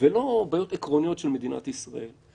ולא בעיות עקרוניות של מדינת ישראל.